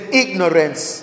ignorance